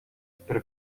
spre